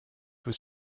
was